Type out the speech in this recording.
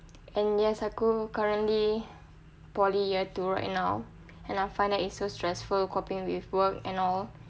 and yes aku currently poly year two right now and I find that it's so stressful coping with work and all